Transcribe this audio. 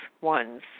ones